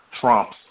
Trump's